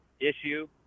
issue